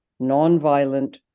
nonviolent